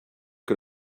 que